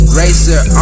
racer